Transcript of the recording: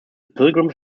pilgrims